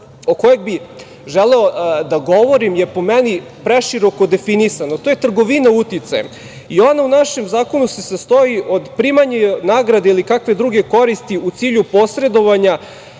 o kojem bih želeo da govorim je po meni preširoko definisano. To je trgovina uticajem. Ono u našem zakonu se sastoji od primanja nagrade ili kakve druge koristi u cilju posredovanja